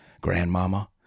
grandmama